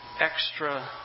extra